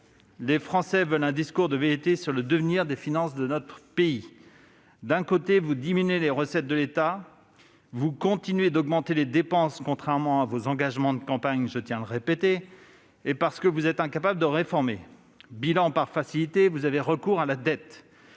les Français veulent un discours de vérité sur le devenir des finances de notre pays. D'un côté vous diminuez les recettes de l'État, de l'autre vous continuez d'augmenter les dépenses, contrairement à vos engagements de campagne- je tiens à le répéter -et parce que vous êtes incapable de réformer. Bilan : par facilité, vous avez recours à la dette,